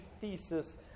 thesis